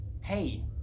hey